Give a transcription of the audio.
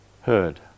heard